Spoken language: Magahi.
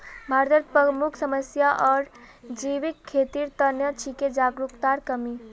भारतत प्रमुख समस्या आर जैविक खेतीर त न छिके जागरूकतार कमी